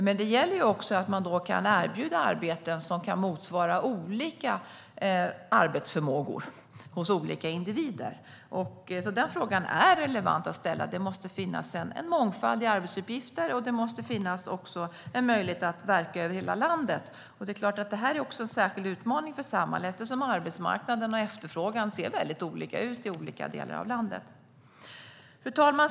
Men det gäller att man då kan erbjuda arbeten som kan motsvara olika arbetsförmågor hos olika individer. Så den frågan är relevant att ställa. Det måste finnas en mångfald i arbetsuppgifter, och det måste också finnas en möjlighet att verka över hela landet. Det här är förstås en särskild utmaning för Samhall, eftersom arbetsmarknaden och efterfrågan ser väldigt olika ut i olika delar av landet. Fru talman!